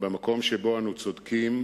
במקום שבו אנו צודקים